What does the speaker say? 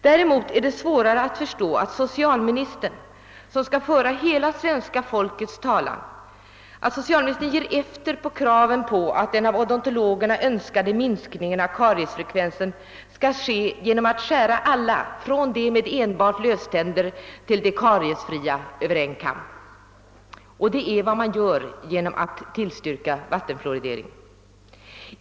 Däremot är det svårare att förstå att socialministern, som skall föra hela svenska folkets talan, ger efter för kraven på att den av odontologerna önskade minskningen av kariesfrekvensen skall åstadkommas genom att skära alla människor från de med enbart löständer till de helt kariesfria, över en kam. Det är nämligen vad man gör genom att tillstyrka fluoridering.